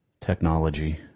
technology